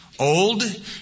Old